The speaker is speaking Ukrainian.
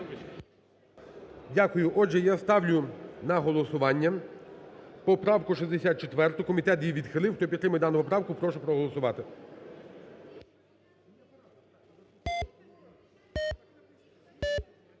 Дякую. Отже, я ставлю на голосування поправку 64, комітет її відхилив. Хто підтримує дану поправку, прошу проголосувати.